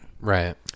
Right